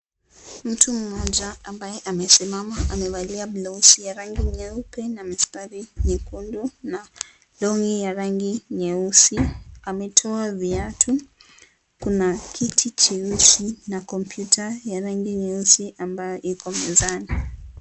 Mtu mmoja ambaye amesmama amevalia (CS)blouse(CS) ya rangi nyeupe na mstari nyekundu na longi ya rangi nyeusi ametoa viatu. kuna kiti cheusi na komputa ya rangi nyeusi ambaye iko mezani.